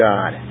God